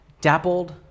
Dappled